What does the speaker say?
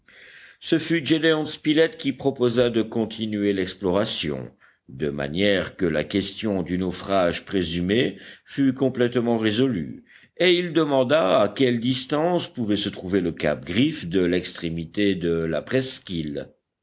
ce fut gédéon spilett qui proposa de continuer l'exploration de manière que la question du naufrage présumé fût complètement résolue et il demanda à quelle distance pouvait se trouver le cap griffe de l'extrémité de la presqu'île